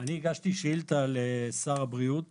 אני הגשתי שאילתה ישירה לשר הבריאות